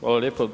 Hvala lijepo.